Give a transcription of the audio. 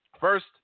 First